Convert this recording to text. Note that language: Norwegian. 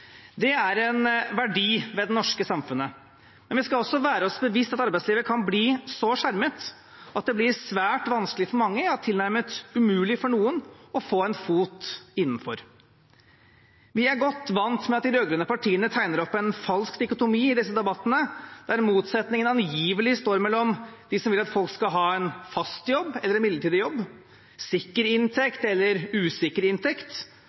Det er en verdi ved det norske samfunnet. Men vi skal også være oss bevisst at arbeidslivet kan bli så skjermet at det blir svært vanskelig for mange, ja tilnærmet umulig for noen, å få en fot innenfor. Vi er godt vant med at de rød-grønne partiene tegner opp en falsk dikotomi i disse debattene der motsetningene angivelig står mellom de som vil at folk skal ha en fast jobb, og de som vil at folk skal ha en midlertidig jobb, sikker inntekt eller usikker inntekt,